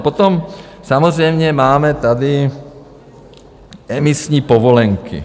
Potom samozřejmě máme tady emisní povolenky.